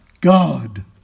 God